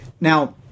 Now